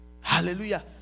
Hallelujah